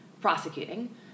prosecuting